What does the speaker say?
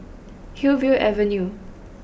Hillview Avenue